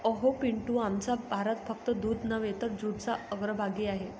अहो पिंटू, आमचा भारत फक्त दूध नव्हे तर जूटच्या अग्रभागी आहे